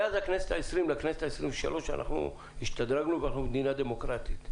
מאז הכנסת העשרים לכנסת העשרים ושלוש השתדרגנו ואנחנו מדינה דמוקרטית.